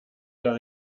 gar